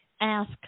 ask